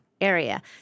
Area